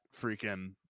freaking